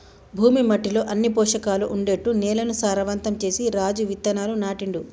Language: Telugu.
భూమి మట్టిలో అన్ని పోషకాలు ఉండేట్టు నేలను సారవంతం చేసి రాజు విత్తనాలు నాటిండు